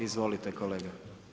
Izvolite kolega.